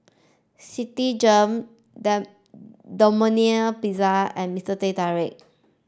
Citigem Domino Pizza and Mister Teh Tarik